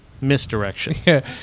misdirection